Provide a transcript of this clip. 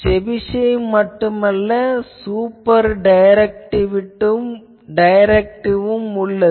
Chebyshev மட்டுமல்ல super directive என்பதும் உள்ளது